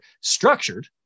structured